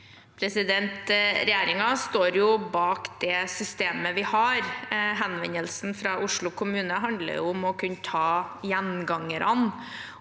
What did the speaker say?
Regjeringen står bak det systemet vi har. Henvendelsen fra Oslo kommune handler om å kunne ta gjengangerne.